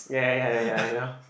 ya ya ya I know